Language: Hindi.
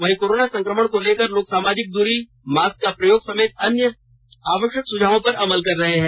वहीं कोरोना संक्रमण को लेकर लोग सामाजिक दूरी मास्क का प्रयोग सहित अन्य आवष्यक सुझावों पर अमल कर रहे हैं